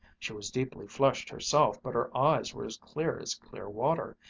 she was deeply flushed herself, but her eyes were as clear as clear water,